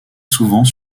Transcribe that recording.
souvent